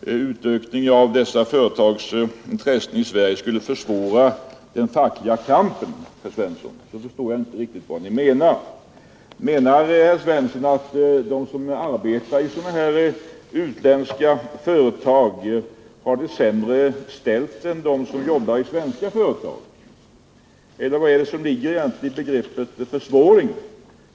utökning av dessa företags intressen i Sverige skulle försvåra den fackliga kampen, då förstår jag, herr Svensson i Mälmö, inte riktigt vad Ni menar, Menar herr Svensson att de som arbetar i sådana här utländska företag har det sämre ställt än de som jobbar i svenska företag eller vad är det som egentligen ligger i begreppet försvåring?